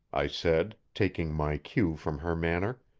i said, taking my cue from her manner.